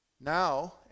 now